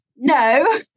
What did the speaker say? No